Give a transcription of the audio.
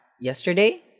yesterday